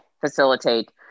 facilitate